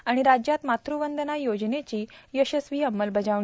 आणि राज्यात मात्रवंदना योजनेची यशस्वी अंमलबजावणी